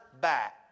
back